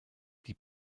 die